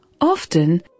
Often